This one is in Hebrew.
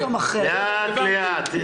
לאט לאט.